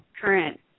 current